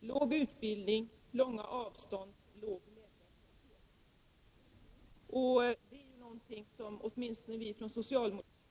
låg utbildning, långa avstånd och låg läkartäthet. Det är någonting som åtminstone vi socialdemokrater verkligen vill förändra.